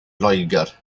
loegr